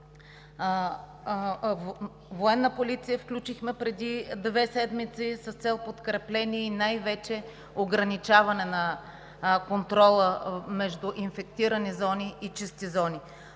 две седмици включихме Военна полиция с цел подкрепление и най-вече ограничаване на контрола между инфектирани зони и чисти зони.